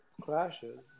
crashes